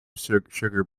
sugar